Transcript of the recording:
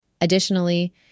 Additionally